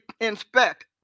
inspect